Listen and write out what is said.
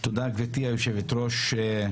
תודה גברתי היושבת ראש,